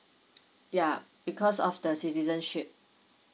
ya because of the citizenship